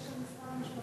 שזה של משרד המשפטים?